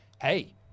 hey